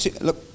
Look